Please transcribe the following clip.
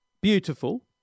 Beautiful